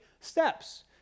steps